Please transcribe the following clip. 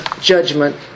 judgment